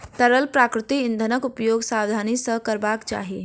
तरल प्राकृतिक इंधनक उपयोग सावधानी सॅ करबाक चाही